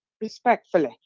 respectfully